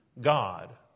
God